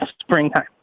springtime